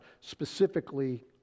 specifically